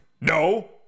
No